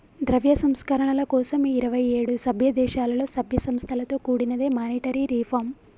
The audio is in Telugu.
ద్రవ్య సంస్కరణల కోసం ఇరవై ఏడు సభ్యదేశాలలో, సభ్య సంస్థలతో కూడినదే మానిటరీ రిఫార్మ్